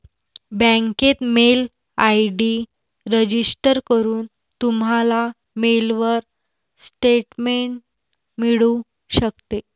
बँकेत mail ID register करून, तुम्हाला मेलवर स्टेटमेंट मिळू शकते